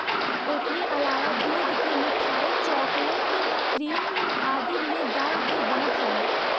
एकरी अलावा दूध के मिठाई, चोकलेट, क्रीम आदि में डाल के बनत हवे